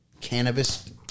cannabis